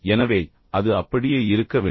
எனவே அது அப்படியே இருக்க வேண்டும்